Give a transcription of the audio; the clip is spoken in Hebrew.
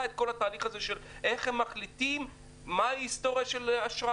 את כל התהליך איך הם מחליטים מה היא היסטוריה של אשראי,